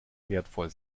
wertvoll